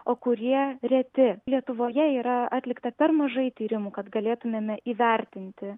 o kurie reti lietuvoje yra atlikta per mažai tyrimų kad galėtumėme įvertinti